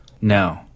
No